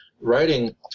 writing